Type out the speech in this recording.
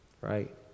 right